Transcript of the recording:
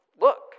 look